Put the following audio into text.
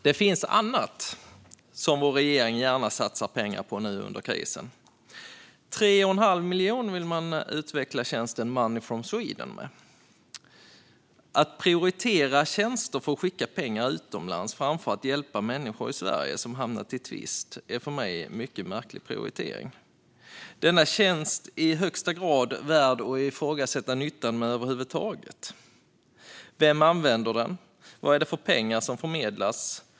Det finns dock annat som regeringen gärna satsar pengar på nu under krisen. 3 1⁄2 miljon vill man lägga på att utveckla tjänsten Money from Sweden. Att prioritera tjänster för att skicka pengar utomlands framför att hjälpa människor i Sverige som hamnat i tvist är för mig en mycket märklig prioritering. Denna tjänst är i högsta grad värd att ifrågasätta nyttan med över huvud taget. Vem använder den? Vad är det för pengar som förmedlas?